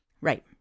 Right